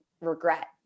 regret